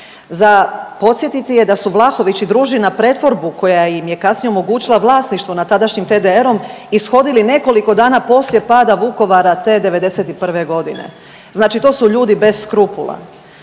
Za podsjetiti je da su Vlahović i družina pretvorbu koja im je kasnije omogućila vlasništvo nad tadašnjim TDR-om ishodili nekoliko dana poslije pada Vukovara te '91. godine. Znači to su ljudi bez skrupula.